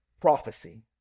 prophecy